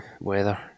Weather